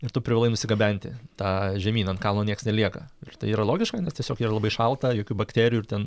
ir tu privalai nusigabenti tą žemyn ant kalno nieks nelieka ir tai yra logiška nes tiesiog yra labai šalta jokių bakterijų ir ten